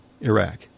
Iraq